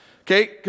okay